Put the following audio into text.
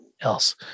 else